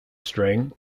string